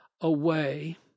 away